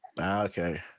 Okay